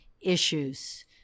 issues